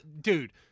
Dude